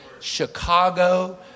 Chicago